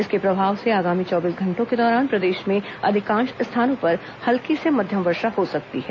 इसके प्रभाव से आगामी चौबीस घंटों के दौरान प्रदेश में अधिकांश स्थानों पर हल्की से मध्यम वर्षा हो सकती है